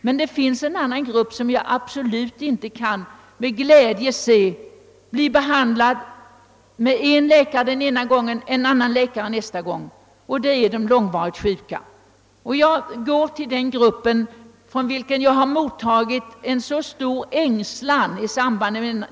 Men det finns en annan grupp, som jag absolut inte med glädje kan se behandlad av en läkare den ena gången och av en annan nästa gång. Det är de långvarigt sjuka. Från denna grupp — det gäller diabetiker, astmatiker, allergiker — har jag mottagit många uttryck för stor ängslan inför reformen.